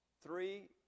three